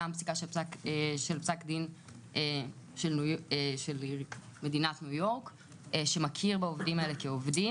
גם פסיקה של בית משפט של מדינת ניו יורק שמכיר בעובדים האלה כעובדים